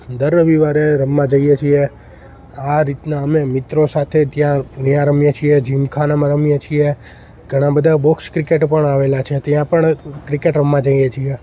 દર રવિવારે રમવા જઈએ છીએ આ રીતના અમે મિત્રો સાથે ત્યાં ન્યાં રમીએ છીએ જીમખાનામાં રમીએ છીએ ઘણા બધા બોક્સ ક્રિકેટ પણ આવેલા છે ત્યાં પણ ક્રિકેટ રમવા જઈએ છીએ